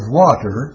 water